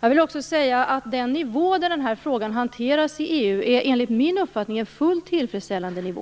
Jag vill också säga att den nivå på vilken denna fråga hanteras i EU enligt min uppfattning är fullt tillfredsställande.